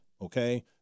okay